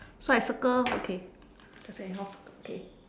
so I circle okay just anyhow circle okay